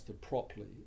properly